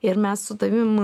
ir mes su tavim